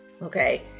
Okay